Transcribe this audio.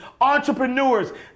entrepreneurs